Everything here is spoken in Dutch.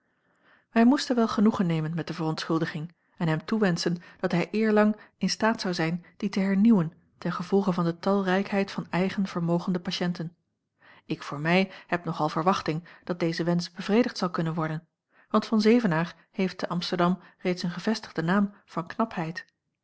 wij moesten wel genoegen nemen met de verontschuldiging en hem toewenschen dat hij eerlang in staat zou zijn die te hernieuwen ten gevolge van de talrijkheid van eigen vermogende patiënten ik voor mij heb nog al verwachting dat deze wensch bevredigd zal kunnen worden want van zevenaer heeft te amsterdam reeds een gevestigden naam van knapheid